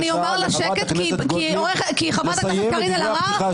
אני אומר לה שקט כי חברת הכנסת קארין אלהרר